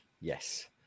Yes